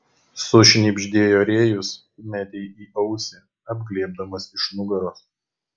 sušnibždėjo rėjus medei į ausį apglėbdamas iš nugaros